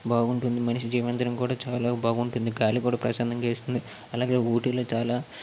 బాగుంటుంది మనిషి జీవించడం కూడా చాలా బాగుంటుంది గాలి కూడా ప్రశాంతంగా వీస్తుంది అలాగే ఊటీలో చాలా